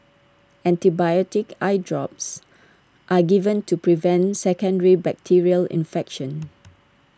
antibiotic eye drops are given to prevent secondary bacterial infection